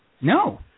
No